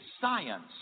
science